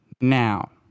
Now